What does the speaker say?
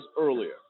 earlier